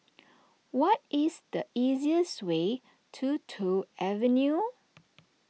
what is the easiest way to Toh Avenue